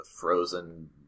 frozen